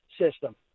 system